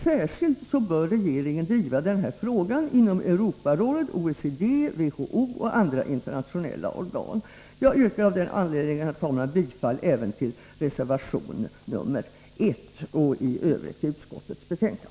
Särskilt bör regeringen driva denna fråga inom Europarådet, OECD, WHO och andra internationella organ. Av den anledningen yrkar jag bifall även till reservation nr 1 och i övrigt till utskottets hemställan.